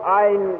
ein